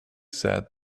sad